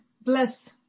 bless